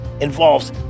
involves